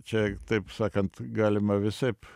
čia taip sakant galima visaip